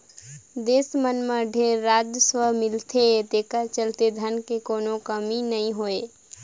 देस मन मं ढेरे राजस्व मिलथे तेखरे चलते धन के कोनो कमी नइ होय